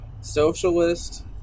socialist